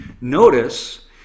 Notice